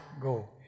Go